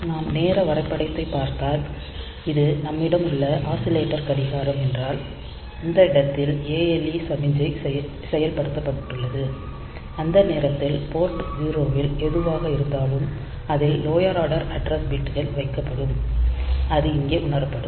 நாம் நேர வரைபடத்தைப் பார்த்தால் இது நம்மிடம் உள்ள ஆஸிலேட்டர் கடிகாரம் என்றால் இந்த இடத்தில் ALE சமிக்ஞை செயல்படுத்தப்பட்டுள்ளது அந்த நேரத்தில் போர்ட் 0 இல் எதுவாக இருந்தாலும் அதில் லோயர் ஆர்டர் அட்ரஸ் பிட்கள் வைக்கப்படும் அது இங்கே உணரப்படும்